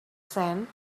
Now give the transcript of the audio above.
sand